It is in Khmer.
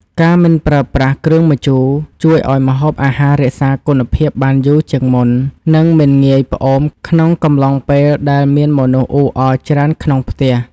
ការមិនប្រើប្រាស់គ្រឿងម្ជូរជួយឱ្យម្ហូបអាហាររក្សាគុណភាពបានយូរជាងមុន និងមិនងាយផ្អូមក្នុងកំឡុងពេលដែលមានមនុស្សអ៊ូអរច្រើនក្នុងផ្ទះ។